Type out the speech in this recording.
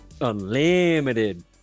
unlimited